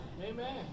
Amen